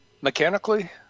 Mechanically